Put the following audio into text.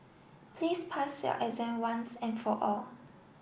please pass your exam once and for all